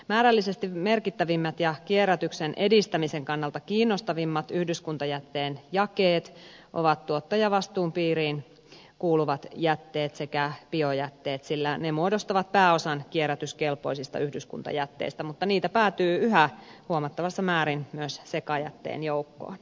määrällisesti merkittävimmät ja kierrätyksen edistämisen kannalta kiinnostavimmat yhdyskuntajätteen jakeet ovat tuottajavastuun piiriin kuuluvat jätteet sekä biojätteet sillä ne muodostavat pääosan kierrätyskelpoisista yhdyskuntajätteistä mutta niitä päätyy yhä huomattavassa määrin myös sekajätteen joukkoon